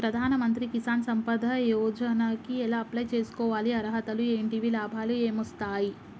ప్రధాన మంత్రి కిసాన్ సంపద యోజన కి ఎలా అప్లయ్ చేసుకోవాలి? అర్హతలు ఏంటివి? లాభాలు ఏమొస్తాయి?